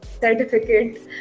certificate